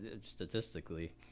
statistically